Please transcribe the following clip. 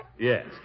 Yes